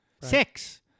Six